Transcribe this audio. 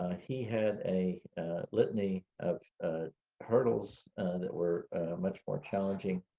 he had a litany of hurdles that were much more challenging